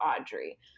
Audrey